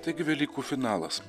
taigi velykų finalas